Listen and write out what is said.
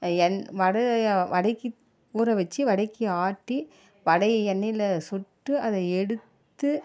என் வடை வடைக்கு ஊற வச்சு வடைக்கு ஆட்டி வடையை எண்ணெயில் சுட்டு அதை எடுத்து